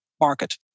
market